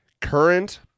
Current